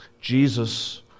Jesus